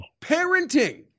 Parenting